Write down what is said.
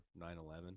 9-11